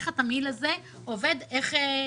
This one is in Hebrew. לראות איך התמהיל הזה עובד בשבילנו.